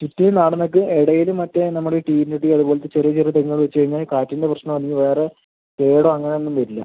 ചെട്ടി നാടൻ ഒക്കെ ഇടയില് മറ്റെ നമ്മുടെ ടീൻമുടി അതുപോലത്തെ ചെറിയ ചെറിയ തെങ്ങുകള് വെച്ച് കഴിഞ്ഞാൽ കാറ്റിൻ്റ പ്രശ്നം അല്ലെങ്കിൽ വേറെ കേടോ അങ്ങനെ ഒന്നും വരില്ല